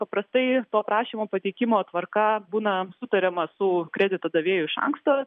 paprastai to prašymo pateikimo tvarka būna sutariama su kredito davėju iš anksto